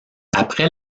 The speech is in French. après